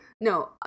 No